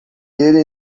ele